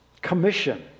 commission